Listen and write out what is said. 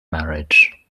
marriage